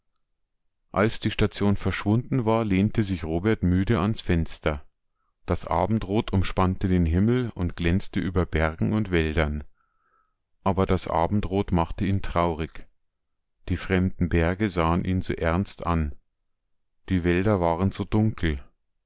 als die station verschwunden war lehnte sich robert müde ans fenster das abendrot umspann den himmel und glänzte über bergen und wäldern aber das abendrot machte ihn traurig die fremden berge sahen ihn so ernst an die wälder waren so dunkel